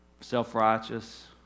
self-righteous